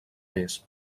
més